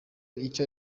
icyo